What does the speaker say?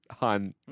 On